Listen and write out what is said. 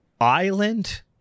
island